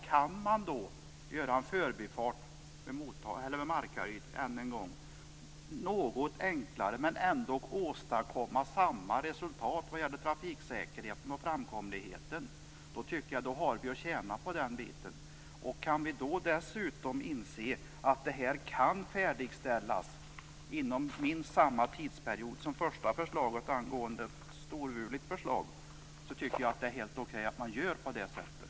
Kan man då göra en förbifart vid Markaryd något enklare men ändå åstadkomma samma resultat vad gäller trafiksäkerheten och framkomligheten, då tycker jag att vi har pengar att tjäna på den biten. Kan vi dessutom inse att det här kan färdigställas inom minst samma tidsperiod som det första förslaget tycker jag att det är helt okej att man gör på det här sättet.